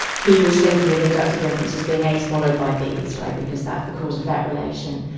he was thinking of inductive inferences being a's followed by b's, right, because that's the cause-effect relation.